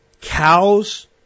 Cows